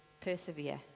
persevere